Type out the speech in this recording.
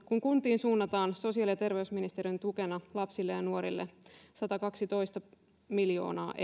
kun kuntiin suunnataan sosiaali ja terveysministeriön tukena lapsille ja nuorille satakaksitoista miljoonaa euroa